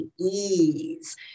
ease